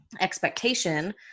expectation